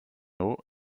eau